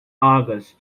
august